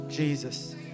Jesus